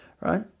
right